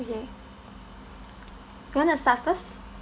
okay you want to start first